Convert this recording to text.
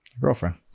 Girlfriend